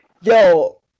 Yo